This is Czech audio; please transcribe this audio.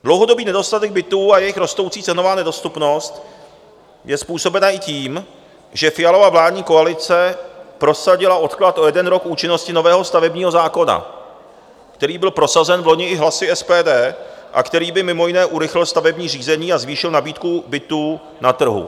Dlouhodobý nedostatek bytů a jejich rostoucí cenová nedostupnost je způsobena i tím, že Fialova vládní koalice prosadila odklad o jeden rok účinnosti nového stavebního zákona, který byl prosazen loni i hlasy SPD a který by mimo jiné urychlil stavební řízení a zvýšil nabídku bytů na trhu.